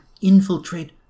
infiltrate